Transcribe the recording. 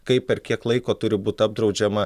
kaip per kiek laiko turi būt apdraudžiama